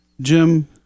Jim